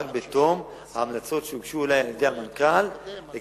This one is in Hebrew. רק אחרי שיוגשו לי ההמלצות על-ידי המנכ"ל